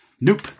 nope